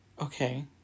okay